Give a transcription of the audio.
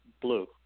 blue